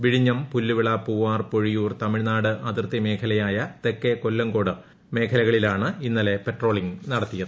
വിഴിഞ്ഞം പുല്ലുവിള പൂവാർ പൊഴിയൂർ ്തമിഴ്നാട് അതിർത്തി മേഖലയായ തെക്കെ കൊല്ലംക്ടോട് എന്നീ മേഖലകളിലാണ് ഇന്നലെ പട്രോളിംഗ് നടത്തിയത്